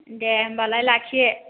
दे होमबालाय लाखि